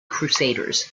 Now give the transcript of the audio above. crusaders